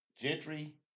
Gentry